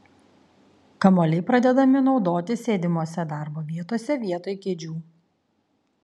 kamuoliai pradedami naudoti sėdimose darbo vietose vietoj kėdžių